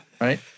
Right